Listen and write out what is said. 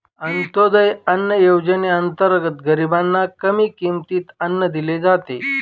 अंत्योदय अन्न योजनेअंतर्गत गरीबांना कमी किमतीत अन्न दिले जाते